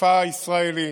מגפה ישראלית